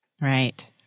Right